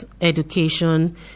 education